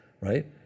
right